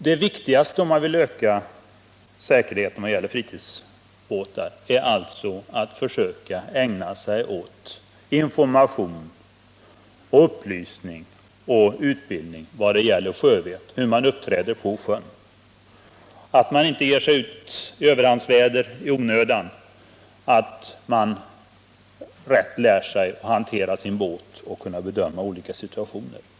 Det viktigaste om man vill öka säkerheten när det gäller fritidsbåtar är information, upplysning och utbildning i hur man uppträder på sjön: att man inte i onödan ger sig ut i överlandsväder, att man lär sig att rätt hantera sin båt och bedöma olika situationer.